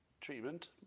treatment